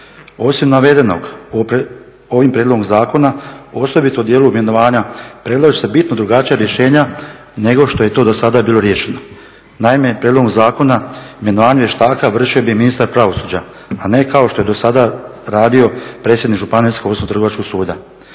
Osim navedenog, ovim prijedlogom zakona osobito u dijelu imenovanja predlažu se bitno drugačija rješenja nego što je to do sada bilo riješeno. Naime, prijedlogom zakona, imenovanje vještaka vršio bi ministar pravosuđa, a ne kao što je do sada radio predsjednik županijskog, odnosno Trgovačkog suda.